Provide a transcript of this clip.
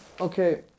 Okay